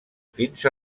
fins